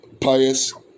pious